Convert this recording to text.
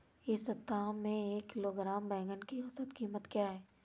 इस सप्ताह में एक किलोग्राम बैंगन की औसत क़ीमत क्या है?